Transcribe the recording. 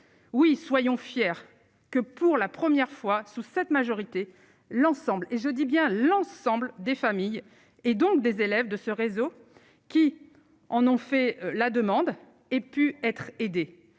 oui soyons fiers que pour la première fois sous cette majorité l'ensemble et je dis bien l'ensemble des familles et donc des élèves de ce réseau, qui en ont fait la demande et pu être aidé